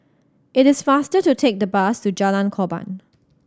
it is faster to take the bus to Jalan Korban